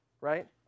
right